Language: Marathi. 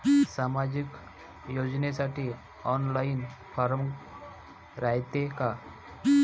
सामाजिक योजनेसाठी ऑनलाईन फारम रायते का?